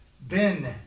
Ben